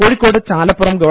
കോഴിക്കോട് ചാലപ്പുറം ഗവ